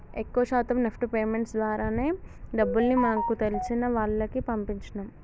ఎక్కువ శాతం NEFT payments ద్వారానే డబ్బుల్ని మాకు తెలిసిన వాళ్లకి పంపించినం